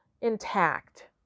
intact